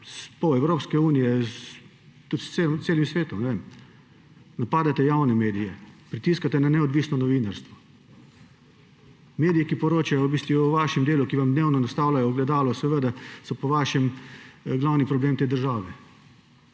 Evropske unije, tudi s celim svetom. Napadate javne medije, pritiskate na neodvisno novinarstvo. Mediji, ki poročajo o vašem delu, ki vam dnevno nastavljajo ogledalo, so po vašem glavni problem te države.